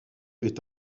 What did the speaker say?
est